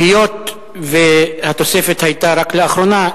היות שהתוספת היתה רק לאחרונה,